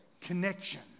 connection